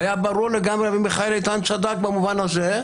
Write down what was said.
היה ברור לגמרי, ומיכאל איתן צדק במובן הזה,